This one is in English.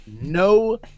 no